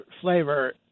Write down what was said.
flavor